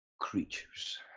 creatures